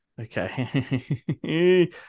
okay